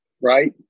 right